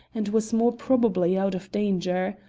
and was more probably out of danger.